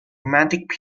romantic